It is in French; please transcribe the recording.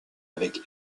avec